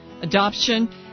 adoption